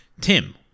Tim